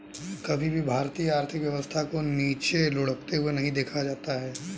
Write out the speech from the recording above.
कभी भी भारतीय आर्थिक व्यवस्था को नीचे लुढ़कते हुए नहीं देखा जाता है